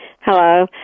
hello